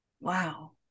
Wow